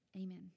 Amen